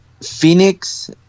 Phoenix